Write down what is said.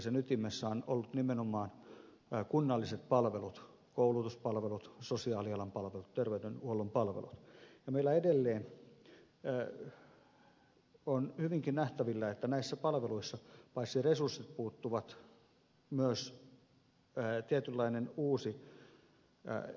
sen ytimessä ovat olleet nimenomaan kunnalliset palvelut koulutuspalvelut sosiaalialan palvelut terveydenhuollon palvelut ja meillä edelleen on hyvinkin nähtävillä että näissä palveluissa puuttuvat paitsi resurssit myös tietynlainen uusi innovointi